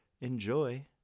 enjoy